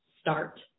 start